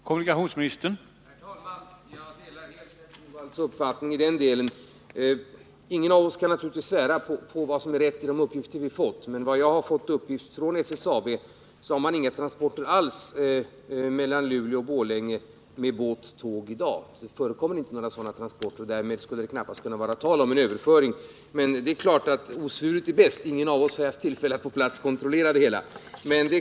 Herr talman! Jag delar helt Rune Torwalds uppfattning i den delen. Ingen av oss kan svära på vad som är rätt i de uppgifter som vi har fått, men enligt de besked jag har fått från SSAB har man i dag inte alls några transporter mellan Luleå och Borlänge med båt eller järnväg. Därför skulle det knappast kunna vara tal om någon överföring av sådana transporter. Men osvuret är bäst — ingen av oss har haft tillfälle att på platsen kontrollera hur det ligger till.